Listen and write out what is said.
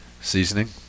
seasoning